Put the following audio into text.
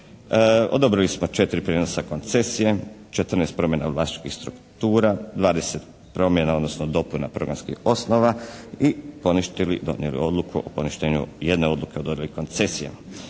Odobrili smo četiri prijenosa koncesije, 14 promjena vlasničkih struktura, 20 promjena, odnosno … /Ne razumije se./ … poslova i poništili, donijeli odluku o poništenju jedne odluke o dodjeli koncesija.